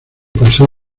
posee